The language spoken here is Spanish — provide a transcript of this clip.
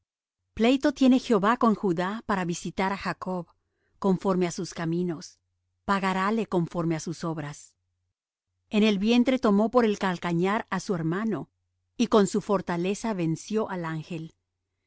pleito tiene jehová con judá para visitar á jacob conforme á sus caminos pagarále conforme á sus obras en el vientre tomó por el calcañar á su hermano y con su fortaleza venció al ángel